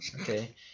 Okay